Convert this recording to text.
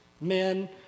men